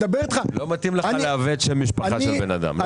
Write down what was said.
לא מתאים לך לעוות שם משפחה של בן אדם.